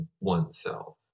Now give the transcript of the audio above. oneself